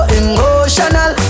emotional